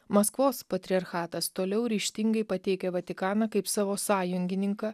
maskvos patriarchatas toliau ryžtingai pateikia vatikaną kaip savo sąjungininką